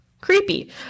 creepy